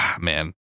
man